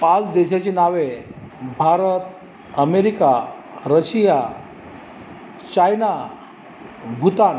पाच देशाची नावे Bharat America Russia China Bhutan